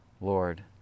Lord